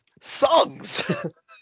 Songs